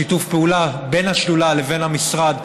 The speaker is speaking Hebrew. בשיתוף פעולה בין השדולה לבין המשרד,